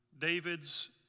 David's